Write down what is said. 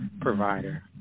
provider